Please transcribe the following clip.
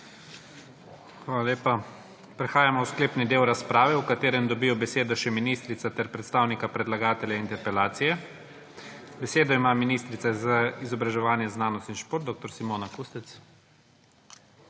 Hvala lepa. Prehajamo v sklepni del razprave, v katerem dobijo besedo še ministrica ter predstavnika predlagatelja interpelacije. Besedo ima ministrica za izobraževanje, znanost in šport dr. Simona Kustec.